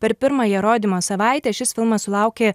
per pirmąją rodymo savaitę šis filmas sulaukė